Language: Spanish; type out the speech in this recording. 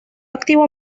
activo